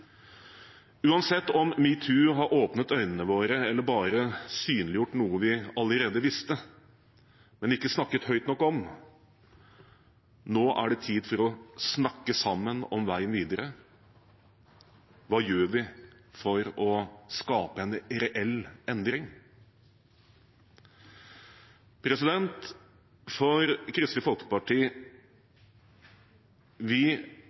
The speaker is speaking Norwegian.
Uansett om metoo har åpnet øynene våre eller bare synliggjort noe vi allerede visste, men ikke snakket høyt nok om, er det nå tid for å snakke sammen om veien videre. Hva gjør vi for å skape en reell endring? Vi i Kristelig Folkeparti